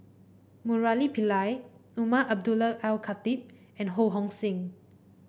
Murali Pillai Umar Abdullah Al Khatib and Ho Hong Sing